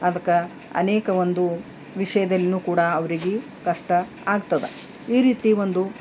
ಅದಕ್ಕೆ ಅನೇಕ ಒಂದು ವಿಷಯದಲ್ಲಿಯು ಕೂಡ ಅವ್ರಿಗೆ ಕಷ್ಟ ಆಗ್ತದೆ ಈ ರೀತಿ ಒಂದು